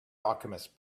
alchemists